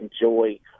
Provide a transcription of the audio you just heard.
enjoy